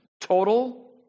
Total